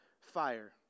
fire